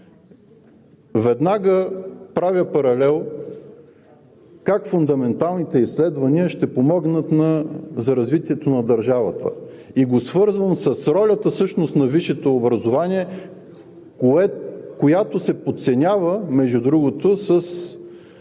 Веднага правя паралел как фундаменталните изследвания ще помогнат за развитието на държавата и го свързвам с ролята на висшето образование, която се подценява, между другото, с